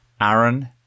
Aaron